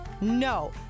No